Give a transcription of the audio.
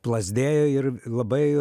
plazdėjo ir labai